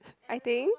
I think